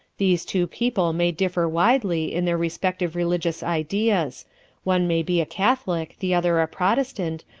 these two people may differ widely in their respective religious ideas one may be a catholic, the other a protestant,